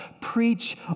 preach